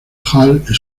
hall